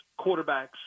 quarterbacks